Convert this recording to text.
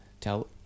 tell